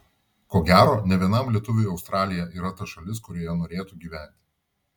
ko gero ne vienam lietuviui australija yra ta šalis kurioje norėtų gyventi